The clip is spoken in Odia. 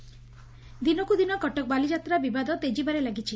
ବାଲିଯାତ୍ରା ଦିନକୁ ଦିନ କଟକ ବାଲିଯାତ୍ରା ବିବାଦ ତେଜିବାରେ ଲାଗିଛି